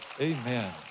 Amen